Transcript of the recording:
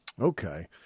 Okay